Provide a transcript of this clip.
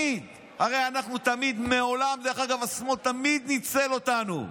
דרך אגב, השמאל תמיד ניצל אותנו.